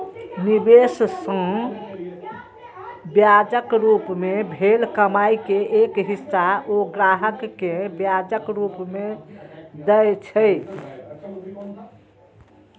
निवेश सं ब्याजक रूप मे भेल कमाइ के एक हिस्सा ओ ग्राहक कें ब्याजक रूप मे दए छै